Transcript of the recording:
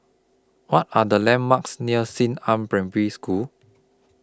What Are The landmarks near Xingnan Primary School